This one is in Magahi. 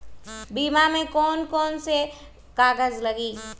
बीमा में कौन कौन से कागज लगी?